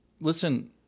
Listen